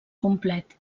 complet